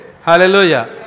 Hallelujah